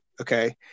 okay